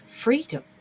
freedom